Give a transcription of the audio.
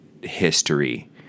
history